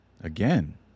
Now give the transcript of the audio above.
Again